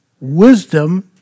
Wisdom